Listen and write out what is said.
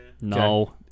No